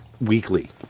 weekly